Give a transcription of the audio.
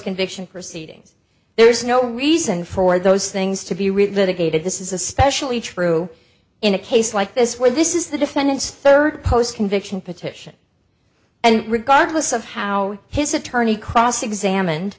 conviction proceedings there is no reason for those things to be read by the gate if this is especially true in a case like this where this is the defendant's third post conviction petition and regardless of how his attorney cross examined